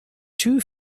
two